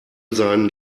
seinen